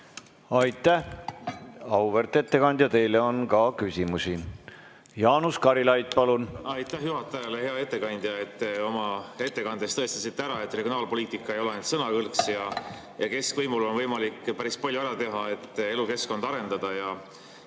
Aitäh! Auväärt ettekandja, teile on ka küsimusi. Jaanus Karilaid, palun! Aitäh juhatajale! Hea ettekandja! Te oma ettekandes tõestasite ära, et regionaalpoliitika ei ole ainult sõnakõlks ja keskvõimul on võimalik päris palju ära teha, et elukeskkonda arendada.